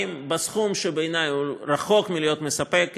בסכום שבעיני הוא רחוק מלהיות מספק,